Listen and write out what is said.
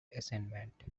assignment